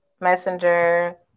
Messenger